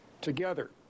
Together